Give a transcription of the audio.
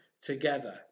together